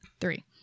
three